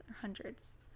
hundreds